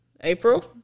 April